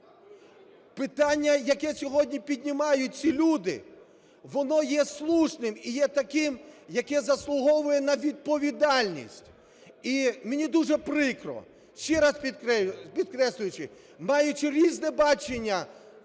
питання, яке сьогодні піднімають ці люди, воно є слушним і є таким, яке заслуговує на відповідальність. І мені дуже прикро, ще раз підкреслюючи, маючи різне бачення